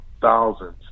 thousands